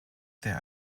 there